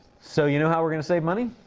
so, you know how we're gonna save money?